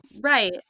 Right